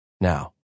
now